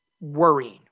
worrying